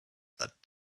that